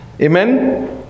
Amen